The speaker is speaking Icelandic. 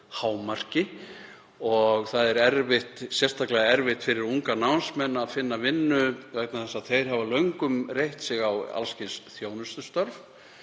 og sérstaklega erfitt fyrir unga námsmenn að finna vinnu vegna þess að þeir hafa löngum reitt sig á alls kyns þjónustustörf